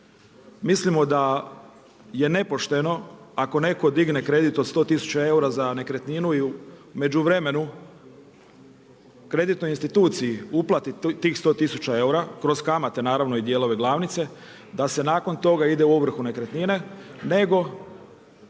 Mislimo da je nepošteno ako neko digne kredit od 100 tisuća eura za nekretninu i u međuvremenu kreditnoj instituciji uplati tih 100 tisuća eura kroz kamate naravno i dijelove glavnice, da se nakon toga ide u ovrhu nekretnine, nego